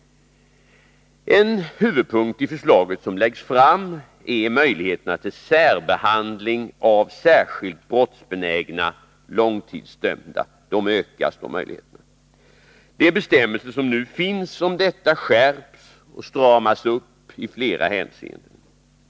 En huvudpunkt i det förslag som läggs fram är att möjligheterna till särbehandling av särskilt brottsbenägna långtidsdömda ökas. De bestämmelser som nu finns om detta skärps och stramas upp i flera hänseenden.